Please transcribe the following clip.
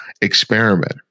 experiment